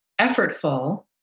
effortful